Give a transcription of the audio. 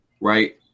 right